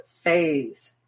phase